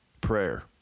prayer